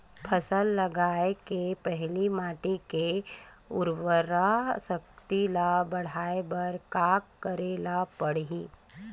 फसल लगाय के पहिली माटी के उरवरा शक्ति ल बढ़ाय बर का करेला पढ़ही?